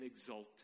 exalted